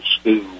school